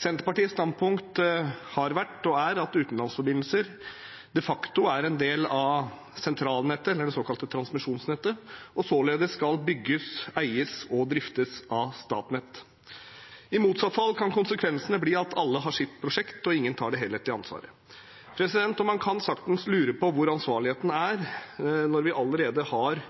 Senterpartiets standpunkt har vært og er at utenlandsforbindelsene de facto er en del av sentralnettet, det såkalte transmisjonsnettet, og således skal bygges, eies og driftes av Statnett. I motsatt fall kan konsekvensene bli at alle har sitt prosjekt, og at ingen tar det helhetlige ansvaret. Man kan saktens lure på hvor ansvarligheten er når vi allerede har